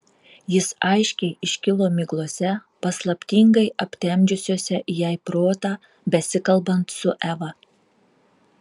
jis aiškiai iškilo miglose paslaptingai aptemdžiusiose jai protą besikalbant su eva